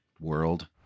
world